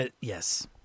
Yes